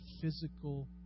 physical